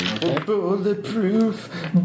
Bulletproof